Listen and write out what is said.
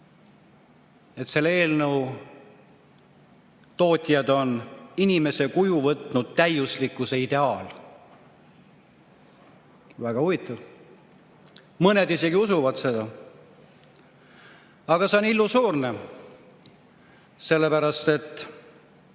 selle eelnõu tootjad on inimese kuju võtnud täiuslikkuse ideaal. Väga huvitav, mõned isegi usuvad seda. Aga see on illusoorne, sellepärast et